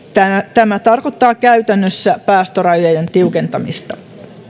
tämä tarkoittaa käytännössä päästörajojen tiukentamista